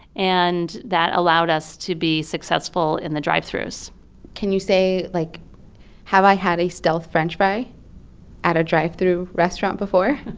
and that allowed us to be successful in the drive-throughs can you say, like have i had a stealth french fry at a drive-through restaurant before?